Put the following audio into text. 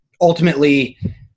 ultimately